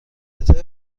کتابی